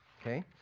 Okay